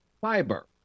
Fiber